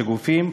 כגופים,